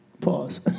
Pause